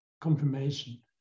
confirmation